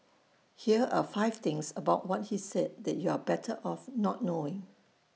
here are five things about what he said that you're better off not knowing